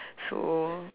so